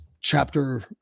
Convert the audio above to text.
chapter